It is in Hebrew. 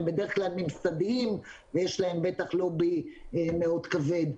בדרך כלל ממסדיים ויש להם בטח לובי מאוד כבד.